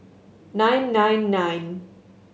nine nine nine